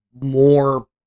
more